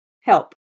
help